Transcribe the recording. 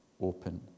open